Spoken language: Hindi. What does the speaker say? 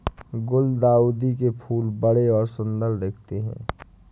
गुलदाउदी के फूल बड़े और सुंदर दिखते है